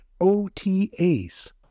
OTAs